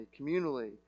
communally